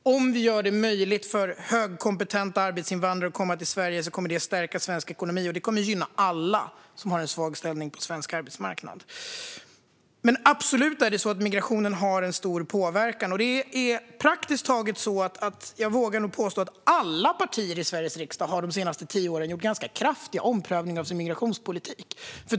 Om vi gör det möjligt för högkompetenta arbetsinvandrare att komma till Sverige kommer det att stärka svensk ekonomi, vilket kommer att gynna alla som har en svag ställning på svensk arbetsmarknad. Migrationen har dock absolut en stor påverkan. Praktiskt taget har nog alla partier i Sveriges riksdag, vågar jag påstå, under de senaste tio åren gjort ganska kraftiga omprövningar av sin migrationspolitik.